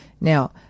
Now